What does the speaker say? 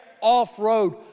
off-road